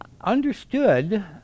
understood